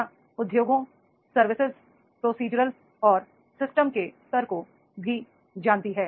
यह उत्पादों सेवाओं प्रोसीजरल और सिस्टम के स्तर को भी जानती है